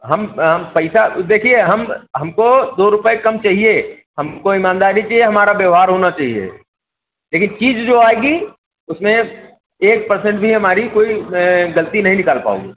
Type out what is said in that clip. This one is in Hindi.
हम हम पैसा उ देखिए हम हमको दो रुपये कम चाहिए हमको ईमानदारी चाहिए हमारा व्यवहार होना चाहिए लेकिन चीज़ जो आएगी उसमें एक पर्सेंट भी हमारी कोई ग़लती नहीं निकाल पाओगे